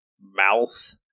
mouth